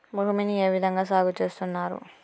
భూమిని ఏ విధంగా సాగు చేస్తున్నారు?